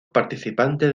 participante